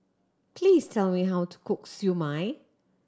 please tell me how to cook Siew Mai